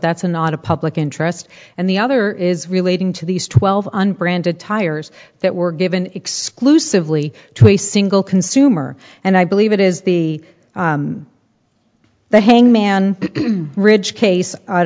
that's a lot of public interest and the other is relating to these twelve unbranded tires that were given exclusively to a single consumer and i believe it is the the hang man ridge case out